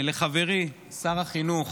לחברי שר החינוך